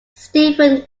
stephen